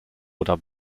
oder